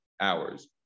hours